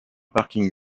parking